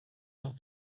not